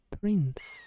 prince